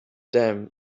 damned